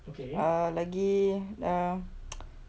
err lagi err